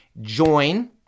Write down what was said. Join